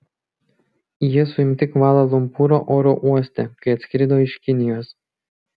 jie suimti kvala lumpūro oro uoste kai atskrido iš kinijos